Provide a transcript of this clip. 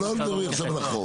לא מדברים עכשיו על החוק.